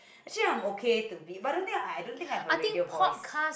actually I'm okay to be but I don't think I don't think I have a radio voice